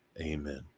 amen